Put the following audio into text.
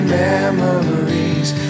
memories